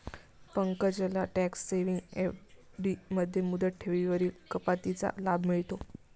पंकजला tax saving FD मध्ये मुदत ठेवींवरील कपातीचा लाभ मिळतो